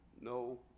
no